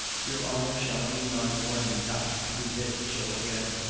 your honor shall be my warning not to be bit so again.